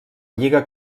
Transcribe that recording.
lliga